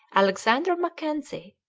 alexander mackenzie,